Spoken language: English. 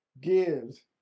gives